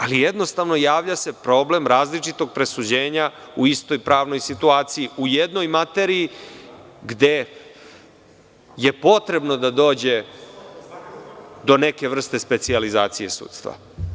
Ali, javlja se problem različitog presuđenja u istoj pravnoj situaciji, u jednoj materiji gde je potrebno da dođe do neke vrste specijalizacije sudstva.